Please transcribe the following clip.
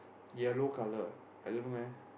yellow colour I don't know leh